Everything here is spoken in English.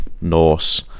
Norse